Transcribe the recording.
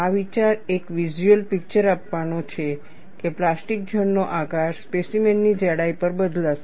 આ વિચાર એક વિઝ્યુઅલ પીકચર આપવાનો છે કે પ્લાસ્ટિક ઝોન નો આકાર સ્પેસીમેન ની જાડાઈ પર બદલાશે